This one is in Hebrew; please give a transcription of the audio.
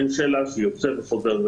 אין שאלה שהוא יוצא וחוזר,